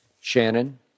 Shannon